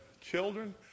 children